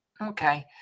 Okay